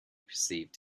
perceived